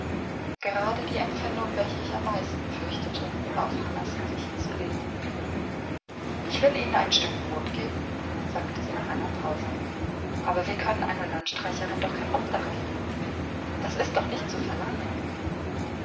gerade die empfindung welche ich am meisten fürchtete war auf hannahs gesicht zu lesen ich will ihnen ein stück brot geben sagte sie nach einer pause aber wir können einer landstreicherin doch kein obdach geben das ist doch nicht zu verlangen